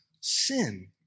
sin